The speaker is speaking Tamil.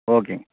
ஓகேங்க